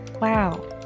wow